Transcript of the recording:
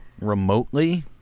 remotely